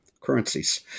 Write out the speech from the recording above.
currencies